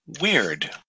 Weird